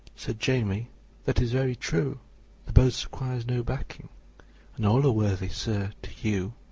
sad jamie that is very true the boast requires no backing and all are worthy, sir, to you,